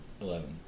Eleven